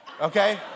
okay